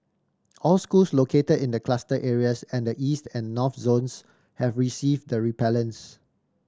all schools located in the cluster areas and the East and North zones have received the repellents